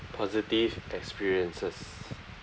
positive experiences